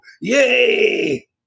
Yay